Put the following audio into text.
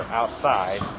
outside